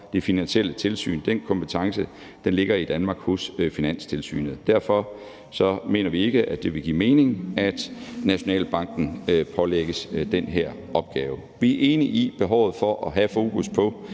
det finansielle tilsyn. Den kompetence ligger i Danmark hos Finanstilsynet. Derfor mener vi ikke, at det vil give mening, at Nationalbanken pålægges den her opgave. Vi er enige i, at der er et behov for at have fokus på